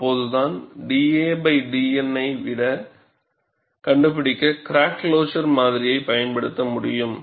அப்போதுதான் da dN ஐ கண்டுபிடிக்க கிராக் க்ளோஸர் மாதிரியைப் பயன்படுத்த முடியும்